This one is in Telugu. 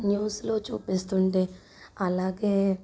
న్యూస్లో చూపిస్తుంటే అలాగే